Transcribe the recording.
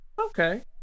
okay